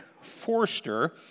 Forster